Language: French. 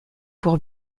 pour